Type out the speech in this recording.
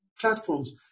Platforms